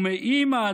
ומאימא,